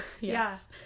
Yes